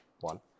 One